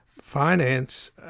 finance